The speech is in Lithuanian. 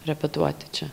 repetuoti čia